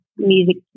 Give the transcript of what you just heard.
Music